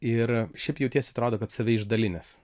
ir šiaip jauties atrodo kad save išdalinęs